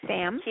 Sam